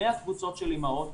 100 קבוצות של אימהות,